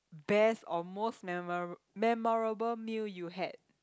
best or most memora~ memorable meal you had